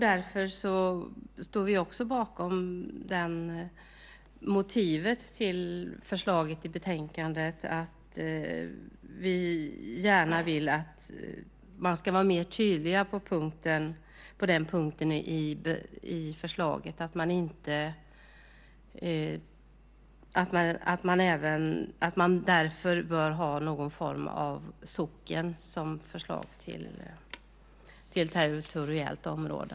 Därför står vi också bakom, när det gäller motivet till förslaget i betänkandet, att vi gärna vill att man ska vara mer tydlig på den punkten och att man därför bör ha någon form av socken som förslag till territoriellt område.